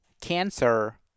cancer